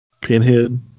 Pinhead